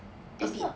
it's not